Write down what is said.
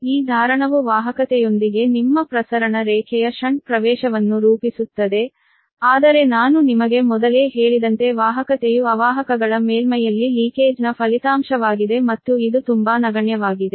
ಈ ಧಾರಣವು ವಾಹಕತೆಯೊಂದಿಗೆ ನಿಮ್ಮ ಪ್ರಸರಣ ರೇಖೆಯ ಷಂಟ್ ಪ್ರವೇಶವನ್ನು ರೂಪಿಸುತ್ತದೆ ಆದರೆ ನಾನು ನಿಮಗೆ ಮೊದಲೇ ಹೇಳಿದಂತೆ ವಾಹಕತೆಯು ಅವಾಹಕಗಳ ಮೇಲ್ಮೈಯಲ್ಲಿ ಸೋರಿಕೆಯ ಫಲಿತಾಂಶವಾಗಿದೆ ಮತ್ತು ಇದು ತುಂಬಾ ನಗಣ್ಯವಾಗಿದೆ